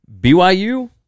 BYU